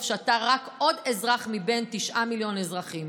שאתה רק עוד אזרח מבין תשעה מיליון אזרחים.